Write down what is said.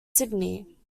sydney